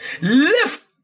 lift